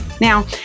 Now